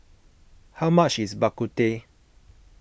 how much is Bak Kut Teh